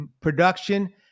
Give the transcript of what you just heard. production